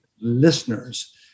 listeners